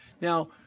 Now